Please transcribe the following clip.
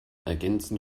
ergänzen